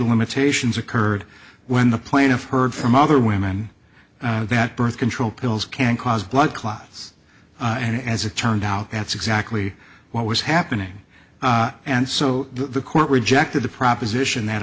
of limitations occurred when the plaintiff heard from other women that birth control pills can cause blood clots and as it turned out that's exactly what was happening and so the court rejected the proposition that